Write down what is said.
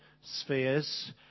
spheres